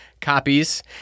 copies